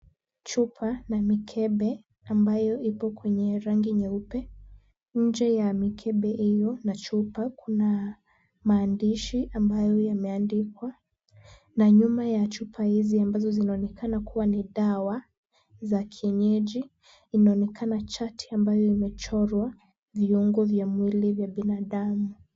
Chupa na mikembe ambayo ipo kwenye rangi nyeupe. Nje ya mikembe hiyo na chupa kuna maandishi ambayo yameandikwa na nyuma ya chupa hizi ambazo zinaonekana kuwa ni dawa za kienyeji, inaonekana chati ambayo imechorwa viungo vya mwili vya binadamu.